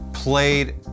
played